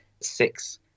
Six